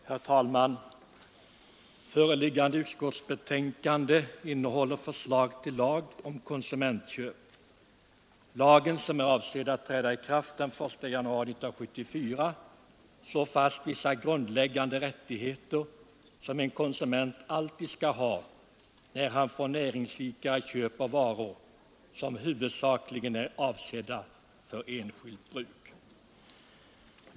Herr talman! Föreliggande utskottsbetänkande innehåller förslag till lag om konsumentköp. Lagen, som är avsedd att träda i kraft den 1 januari 1974, slår fast vissa grundläggande rättigheter som en konsument alltid skall ha när han från näringsidkare köper varor som huvudsakligen är avsedda för enskilt bruk.